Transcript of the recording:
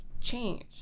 change